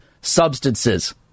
substances